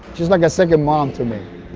she's like a second mom to me.